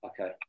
Okay